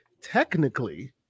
Technically